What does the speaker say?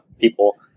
people